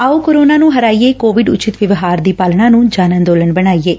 ਆਓ ਕੋਰੋਨਾ ਨੂੰ ਹਰਾਈਏਂ ਕੋਵਿਡ ਉਚਿੱਤ ਵਿਵਹਾਰ ਦੀ ਪਾਲਣਾ ਨੂੰ ਜਨ ਅੰਦੋਲਨ ਬਣਾਈਏਂ